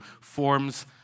forms